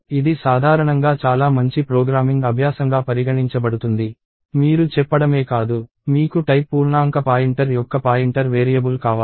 ఇది సాధారణంగా చాలా మంచి ప్రోగ్రామింగ్ అభ్యాసంగా పరిగణించబడుతుంది మీరు చెప్పడమే కాదు మీకు టైప్ పూర్ణాంక పాయింటర్ యొక్క పాయింటర్ వేరియబుల్ కావాలి